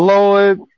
Lord